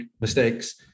mistakes